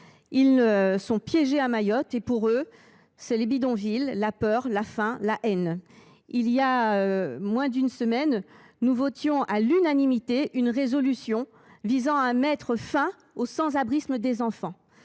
retrouvent piégés à Mayotte et ont pour seul sort les bidonvilles, la peur, la faim et la haine. Il y a moins d’une semaine, nous votions à l’unanimité une résolution visant à mettre fin au sans abrisme des enfants.